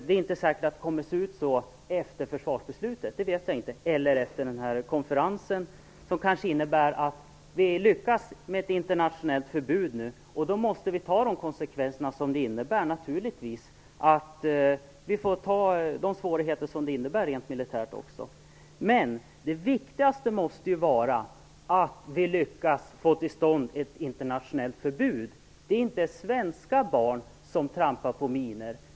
Det är inte säkert att det kommer att se ut så efter försvarsbeslutet eller efter konferensen, som kanske innebär att vi lyckas få ett internationellt förbud. Det vet jag inte. Om vi lyckas med ett internationellt förbud måste vi ta de konsekvenser det innebär. Vi får ta de svårigheter det innebär rent militärt. Det viktigaste måste vara att vi lyckas få till stånd ett internationellt förbud. Det är inte svenska barn som trampar på minor.